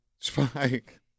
Spike